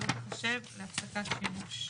לא תיחשב להפסקת שימוש.